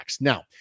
Now